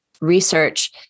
research